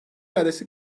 iadesi